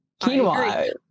Quinoa